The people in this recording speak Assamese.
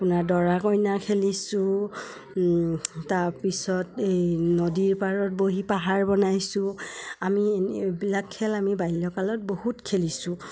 আপোনাৰ দৰা কইনা খেলিছোঁ তাৰপিছত এই নদীৰ পাৰত বহি পাহাৰ বনাইছোঁ আমি এনে এইবিলাক খেল আমি বাল্যকালত বহুত খেলিছোঁ